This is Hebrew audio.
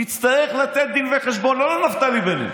תצטרך לתת דין וחשבון לא לנפתלי בנט,